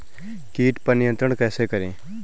कीट पर नियंत्रण कैसे करें?